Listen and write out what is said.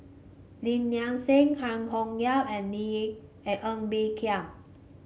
Lim Nang Seng Cheang Hong and Nee and Ng Bee Kia